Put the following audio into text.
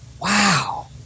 Wow